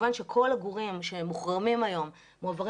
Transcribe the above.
כמובן שכל הגורים שמוחרמים היום מועברים